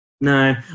No